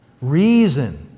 Reason